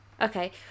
Okay